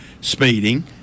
speeding